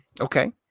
okay